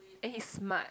and he's smart